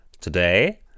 Today